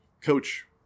coach